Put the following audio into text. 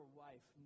wife